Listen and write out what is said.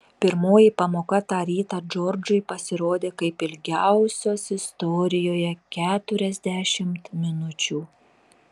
pirmoji pamoka tą rytą džordžui pasirodė kaip ilgiausios istorijoje keturiasdešimt minučių